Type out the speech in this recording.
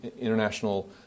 International